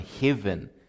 heaven